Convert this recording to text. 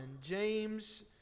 James